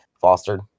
fostered